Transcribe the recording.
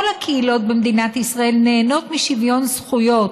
כל הקהילות במדינת ישראל נהנות משוויון זכויות,